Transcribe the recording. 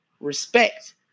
respect